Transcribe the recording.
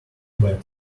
bad